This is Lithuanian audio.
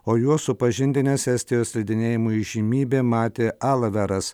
o juos supažindinęs estijos slidinėjimo įžymybė matė alaveras